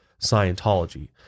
scientology